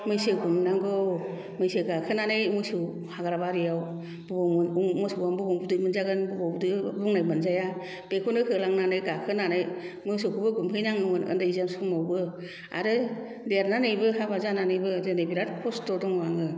मैसो गुमनांगौ मैसो गाखोनानै मोसौ हाग्रा बारियाव बबाव मोसौआ बबाव उदै बुंनाय मोनजागोन बबाव उदै बुंनाय मोनजाया बेखौनो होलांनानै गाखोनानै मोसौखौबो गुमहैनांगौमोन उन्दै जों समावबो आरो देरनानैबो हाबा जानानैबो दिनै बिराद खस्थ' दं आङो